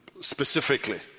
specifically